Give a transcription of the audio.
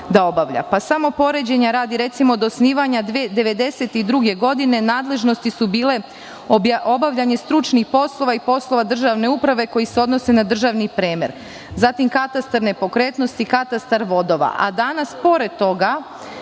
obavlja. Samo poređenja radi, recimo, od osnivanja 1992. godine nadležnosti su bile: obavljanje stručnih poslova i poslova državne uprave koji se odnose na državni premer, katastar nepokretnosti, katastar vodova,